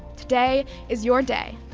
today is your day.